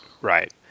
Right